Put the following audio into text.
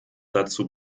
dazu